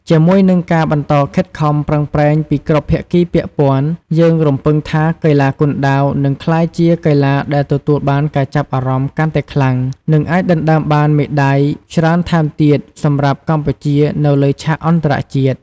ជាមួយនឹងការបន្តខិតខំប្រឹងប្រែងពីគ្រប់ភាគីពាក់ព័ន្ធ យើងរំពឹងថាកីឡាគុនដាវនឹងក្លាយជាកីឡាដែលទទួលបានការចាប់អារម្មណ៍កាន់តែខ្លាំង និងអាចដណ្តើមបានមេដាយច្រើនថែមទៀតសម្រាប់កម្ពុជានៅលើឆាកអន្តរជាតិ។